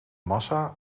massa